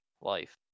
life